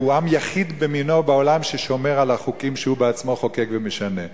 והוא עם יחיד במינו בעולם ששומר על החוקים שהוא בעצמו חוקק ומשנה.